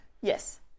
Yes